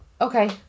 Okay